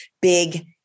big